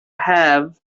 have